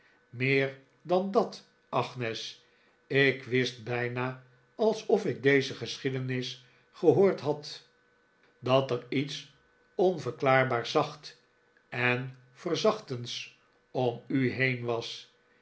meer dan dat agnes ik wist bijna alsof ik deze geschiedenis gehoord had